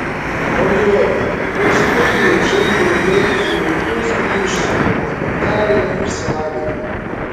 naujovė po studijų žemdirbiai į ūkius grįš su humanitariniu išsilavinimu